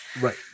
Right